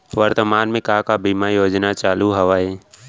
वर्तमान में का का बीमा योजना चालू हवये